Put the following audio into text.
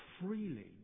freely